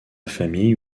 famille